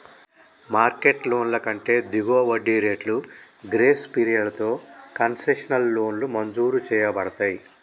market లోన్ల కంటే దిగువ వడ్డీ రేట్లు, గ్రేస్ పీరియడ్లతో కన్సెషనల్ లోన్లు మంజూరు చేయబడతయ్